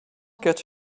get